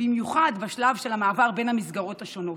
במיוחד בשלב של המעבר בין המסגרות השונות.